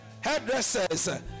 Hairdressers